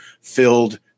filled